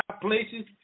places